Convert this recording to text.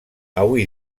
avui